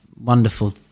wonderful